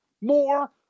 more